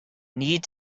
need